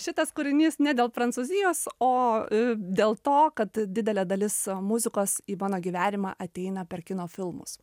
šitas kūrinys ne dėl prancūzijos o dėl to kad didelė dalis muzikos į mano gyvenimą ateina per kino filmus